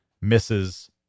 misses